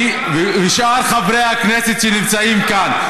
גם שאר חברי הכנסת נמצאים כאן.